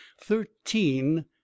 thirteen